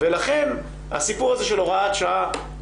ולכן הסיפור הזה של הוראת שעה,